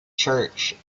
church